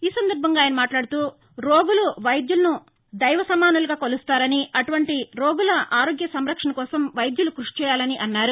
ఈ సందర్భంగా ఆయన మాట్లాడుతూ రోగులు వైద్యులను దైవసమానులుగా కొలుస్తారని అటు వంటి రోగుల ఆరోగ్య సంరక్షణ కోసం వైద్యులు కృషి చేయాలని అన్నారు